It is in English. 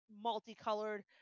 multicolored